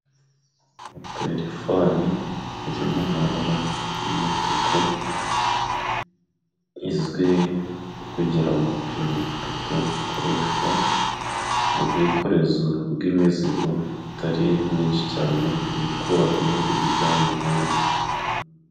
Terifoni iri mu mabara y'umutuku izwi kugira amapine atatu ikoreshwa mu bwikorezi bw'imizigo butari myinshi cyane ibikura hamwe ibijyana ahandi